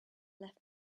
left